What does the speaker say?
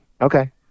Okay